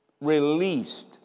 released